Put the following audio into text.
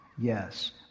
Yes